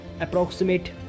approximate